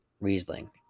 Riesling